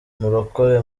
murokore